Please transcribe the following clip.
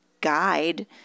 guide